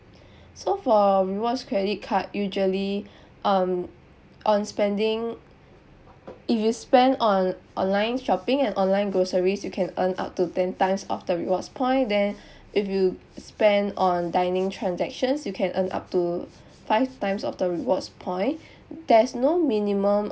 so for rewards credit card usually um on spending if you spend on online shopping and online groceries you can earn up to ten times of the rewards point then if you spend on dining transactions you can earn up to five times of the rewards point there's no minimum